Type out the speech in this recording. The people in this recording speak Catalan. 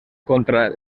contra